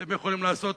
אתם יכולים לעשות